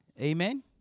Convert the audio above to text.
amen